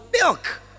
milk